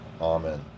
Amen